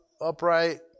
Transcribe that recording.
upright